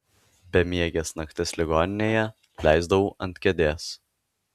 bemieges naktis ligoninėje leisdavau ant kėdės